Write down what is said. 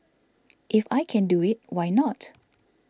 if I can do it why not